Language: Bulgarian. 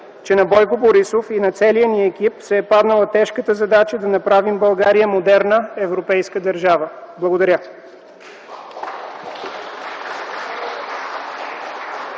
че на Бойко Борисов и на целия ни екип се е паднала тежката задача да направим България модерна европейска държава. Благодаря.